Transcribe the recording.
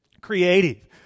creative